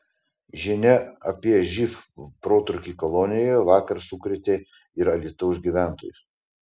žinia apie živ protrūkį kolonijoje vakar sukrėtė ir alytaus gyventojus